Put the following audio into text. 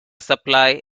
supply